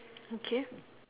okay